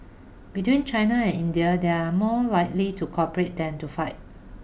between China and India they are more likely to cooperate than to fight